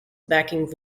backing